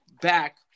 back